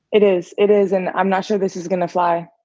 it is. it is, and i'm not sure this is gonna fly.